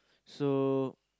so